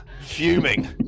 Fuming